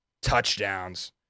touchdowns